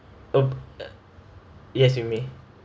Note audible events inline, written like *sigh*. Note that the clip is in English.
*noise* uh yes you may